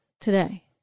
today